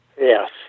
Yes